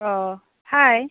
अ फाय